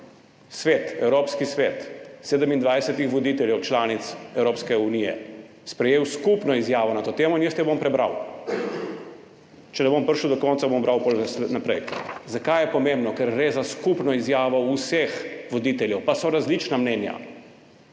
celo Evropski svet, 27 voditeljev članic Evropske unije sprejel skupno izjavo na to temo. In jaz jo bom prebral. Če ne bom prišel do konca, bom bral naprej. Zakaj je pomembno? Ker gre za skupno izjavo vseh voditeljev, pa so različna mnenja